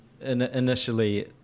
Initially